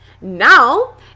now